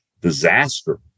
disaster